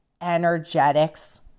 energetics